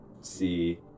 see